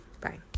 Bye